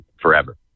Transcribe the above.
forever